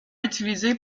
utilisé